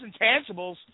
intangibles